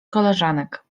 koleżanek